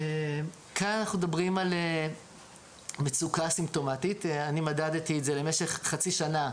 כאן אנחנו מדברים על מצוקה סימפטומטית - אני מדדתי את זה במשך חצי שנה,